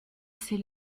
c’est